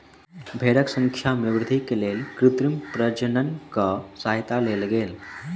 भेड़क संख्या में वृद्धि के लेल कृत्रिम प्रजननक सहयता लेल गेल